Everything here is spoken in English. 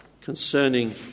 concerning